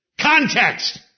Context